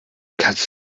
kannst